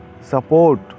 support